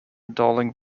darling